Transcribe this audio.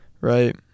right